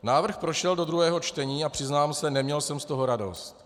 Návrh prošel do druhého čtení a přiznám se, neměl jsem z toho radost.